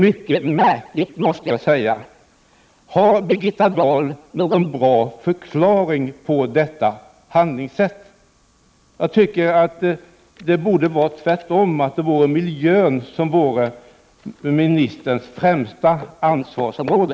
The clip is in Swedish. Mycket märkligt, måste jag säga! Har Birgitta Dahl någon bra förklaring till detta handlingssätt? Det borde ju vara tvärtom. Miljön borde alltså vara ministerns främsta ansvarsområde.